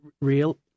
real